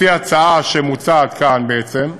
לפי ההצעה שמוצעת כאן, בעצם,